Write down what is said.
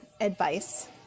advice